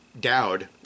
Dowd